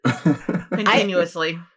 continuously